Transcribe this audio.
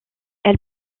elle